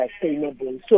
sustainable